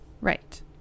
right